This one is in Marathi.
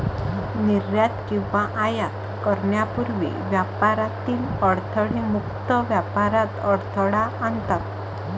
निर्यात किंवा आयात करण्यापूर्वी व्यापारातील अडथळे मुक्त व्यापारात अडथळा आणतात